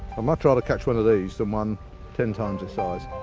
much rather catch one of these than one ten time the size.